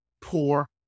poor